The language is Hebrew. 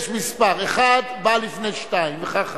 המספר 1 בא לפני 2 וכך הלאה.